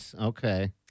Okay